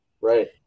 Right